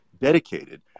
dedicated